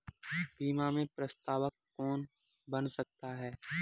बीमा में प्रस्तावक कौन बन सकता है?